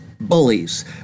bullies